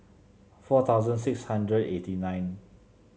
four thousand six hundred eighty nine